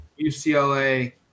UCLA